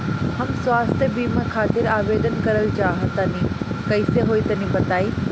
हम स्वास्थ बीमा खातिर आवेदन करल चाह तानि कइसे होई तनि बताईं?